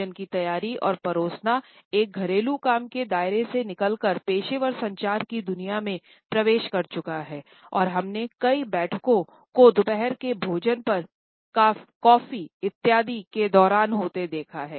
भोजन की तैयारी और परोसना एक घरेलू काम के दायरे से निकल कर पेशेवर संचार की दुनिया में प्रवेश कर चुका हैं और हमने कई बैठकों को दोपहर के भोजन पर कॉफी इत्यादि के दौरान होते देखा हैं